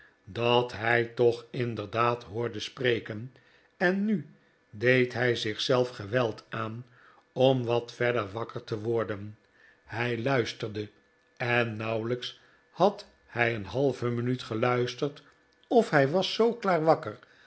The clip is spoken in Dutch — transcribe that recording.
dat hij toch inderdaad hoorde spreken en nu deed hij zich zelf geweld aan om wat verder wakker te worden hij luisterde en nauwelijks had hij een halve minuut geluisterd of hij was zoo klaar wakker